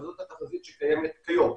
אבל זאת התחזית שקיימת כיום.